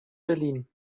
berlin